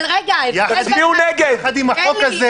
אבל, רגע, אלי, בין 200 ל-500 מה זה קשור?